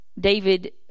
David